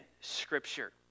Scripture